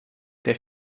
der